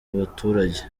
baturage